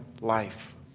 life